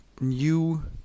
new